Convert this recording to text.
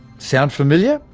sound familiar?